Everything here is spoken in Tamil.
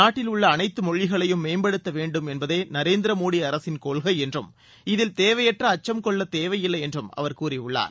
நாட்டிலுள்ள அனைத்து மொழிகளையும் மேம்படுத்த வேண்டும் என்பதே நரேந்திர மோதி அரசின் கொள்கை என்றும் இதில் தேவையற்ற அச்சம் கொள்ளத் தேவையில்லை என்றும் அவர் கூறியுள்ளார்